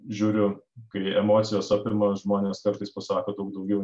žiūriu kai emocijos apima žmonės kartais pasako daug daugiau